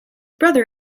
brother